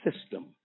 system